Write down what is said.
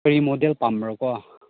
ꯀꯔꯤ ꯃꯣꯗꯦꯜ ꯄꯥꯝꯕ꯭ꯔꯥꯀꯣ